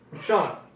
Sean